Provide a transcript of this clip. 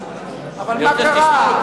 אבל מה קרה?